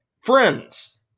Friends